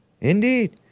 indeed